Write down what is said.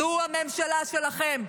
זו הממשלה שלכם,